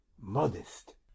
modest